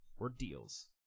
ordeals